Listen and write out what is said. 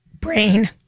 brain